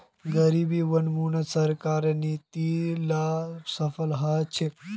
गरीबी उन्मूलनत सरकारेर नीती ला सफल ह छेक